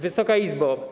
Wysoka Izbo!